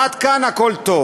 עד כאן הכול טוב.